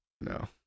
No